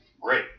great